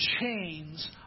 chains